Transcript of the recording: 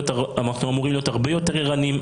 אנחנו אמורים להיות הרבה יותר ערניים,